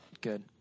Good